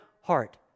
heart